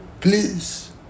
please